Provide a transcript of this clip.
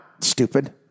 stupid